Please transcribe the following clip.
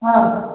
हा